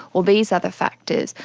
or these other factors.